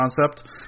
concept